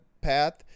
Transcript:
path